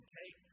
take